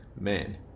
Man